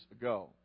ago